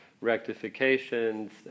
rectifications